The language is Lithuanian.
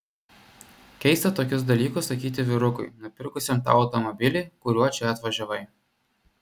keista tokius dalykus sakyti vyrukui nupirkusiam tau automobilį kuriuo čia atvažiavai